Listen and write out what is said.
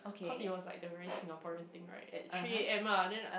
cause it was like the very Singaporean thing right at three A_M lah then